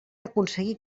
aconseguir